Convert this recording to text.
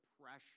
pressure